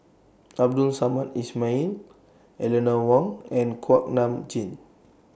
Abdul Samad Ismail Eleanor Wong and Kuak Nam Jin